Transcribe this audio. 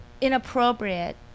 inappropriate